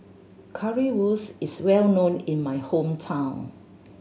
currywurst is well known in my hometown